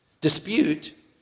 Dispute